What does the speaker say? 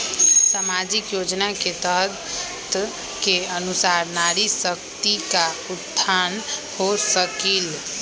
सामाजिक योजना के तहत के अनुशार नारी शकति का उत्थान हो सकील?